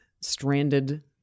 stranded